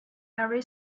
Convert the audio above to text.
every